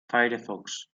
firefox